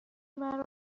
مرا